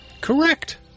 Correct